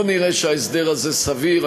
לא נראה שההסדר הזה סביר.